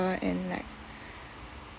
and like